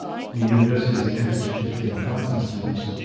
where universities average fifteen thousand students,